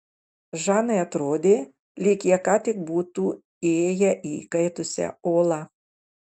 žanai atrodė lyg jie ką tik būtų įėję į įkaitusią olą